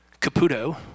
Caputo